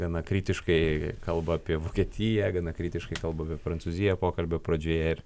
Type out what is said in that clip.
gana kritiškai kalba apie vokietiją gana kritiškai kalba apie prancūziją pokalbio pradžioje ir